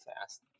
fast